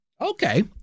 Okay